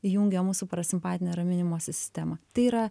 įjungia mūsų parasimpatinę raminimosi sistemą tai yra